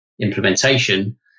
implementation